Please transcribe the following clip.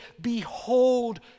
Behold